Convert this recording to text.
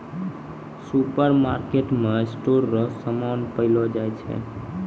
सुपरमार्केटमे स्टोर रो समान पैलो जाय छै